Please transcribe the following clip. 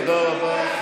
תודה רבה.